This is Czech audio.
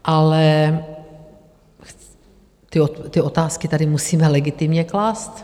Ale ty otázky tady musíme legitimně klást.